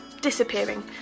disappearing